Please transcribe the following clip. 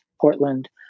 Portland